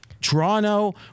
Toronto